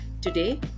Today